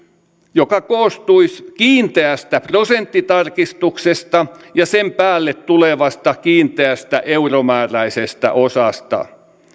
joka koostuisi kiinteästä prosenttitarkistuksesta ja sen päälle tulevasta kiinteästä euromääräisestä osasta